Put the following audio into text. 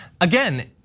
again